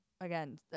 Again